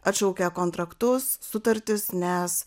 atšaukia kontraktus sutartis nes